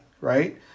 right